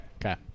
Okay